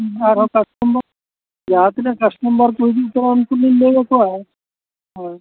ᱦᱮᱸ ᱟᱨᱦᱚᱸ ᱠᱟᱥᱴᱚᱢᱟᱨ ᱡᱟᱦᱟᱸ ᱛᱤᱱᱟᱹᱜ ᱠᱟᱥᱴᱚᱢᱟᱨ ᱦᱤᱡᱩᱜ ᱛᱟᱢᱟ ᱩᱱᱠᱩ ᱞᱤᱧ ᱞᱟᱹᱭ ᱟᱠᱚᱣᱟ ᱦᱳᱭ